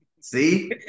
See